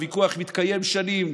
הוויכוח מתקיים שנים,